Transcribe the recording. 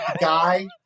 guy